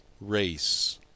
race